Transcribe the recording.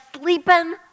sleeping